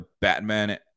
Batman